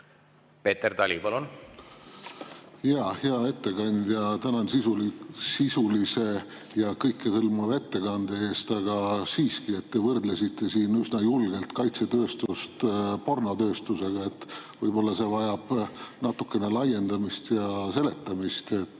Peeter Tali, palun! Hea ettekandja! Tänan sisulise ja kõikehõlmava ettekande eest. Aga siiski, te võrdlesite siin üsna julgelt kaitsetööstust pornotööstusega. Võib-olla see vajab natukene laiendamist ja seletamist.